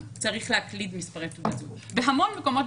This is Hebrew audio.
שלא עומדת בחובות הדיווח לוועדת החוקה,